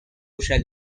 shall